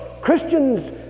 Christians